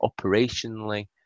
operationally